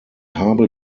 habe